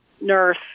nurse